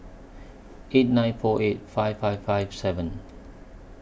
eight nine four eight five five five seven